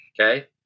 Okay